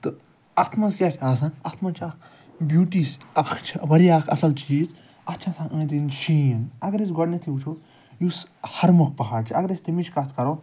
تہٕ اَتھ منٛز کیٛاہ چھِ آسان اَتھ منٛز چھِ اَکھ بیٛوٗٹی اَکھ چھِ واریاہ اَکھ اصٕل چیٖز اَتھ چھِ آسان أنٛدۍ أنٛدۍ شیٖن اَگر أسۍ گۄڈٕنیٚتھٕے وُچھُو یُس ہرمۄکھ پہاڑ چھُ اَگر أسۍ تٔمِچۍ کَتھ کَرو